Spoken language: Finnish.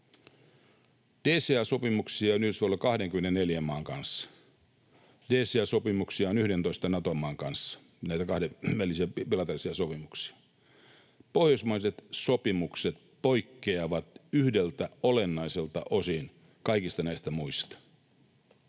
DCA-sopimuksia on Yhdysvalloilla 24 maan kanssa. DCA-sopimuksia on 11 Nato-maan kanssa, näitä kahdenvälisiä bilateraalisia sopimuksia. Pohjoismaiset sopimukset poikkeavat yhdeltä olennaiselta osin kaikista näistä muista.